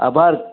આભાર